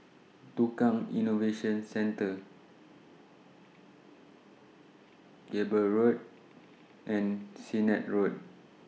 Tukang Innovation Center Cable Road and Sennett Road